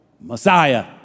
Messiah